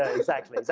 ah exactly,